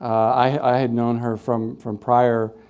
i had known her from from prior